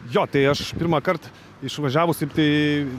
jo tai aš pirmąkart išvažiavus taip tai